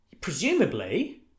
presumably